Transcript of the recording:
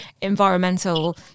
environmental